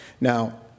Now